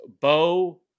Bo